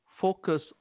focus